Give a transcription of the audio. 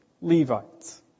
Levites